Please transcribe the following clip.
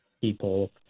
people